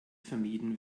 vermieden